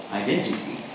identity